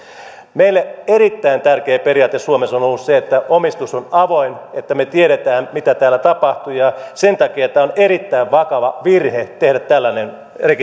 meille erittäin tärkeä periaate suomessa on on ollut se että omistus on avointa että me tiedämme mitä täällä tapahtuu sen takia on erittäin vakava virhe tehdä tällainen